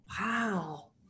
wow